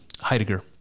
Heidegger